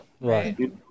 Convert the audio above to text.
Right